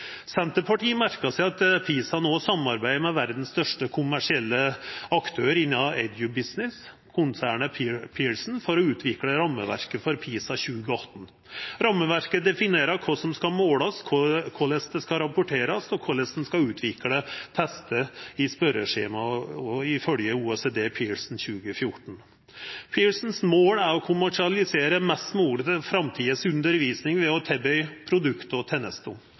Senterpartiet merkar seg at PISA no samarbeider med verdas største kommersielle aktør innan Edu-business, konsernet Pearson, for å utvikle rammeverket for PISA 2018. Rammeverket definerer kva som skal målast, korleis det skal rapporterast, og korleis ein skal utvikla testar i spørjeskjema, ifølgje OECD, Pearson, 2014. Pearson har som mål å kommersialisera mest mogleg av undervisninga i framtida ved å tilby produkt og tenester.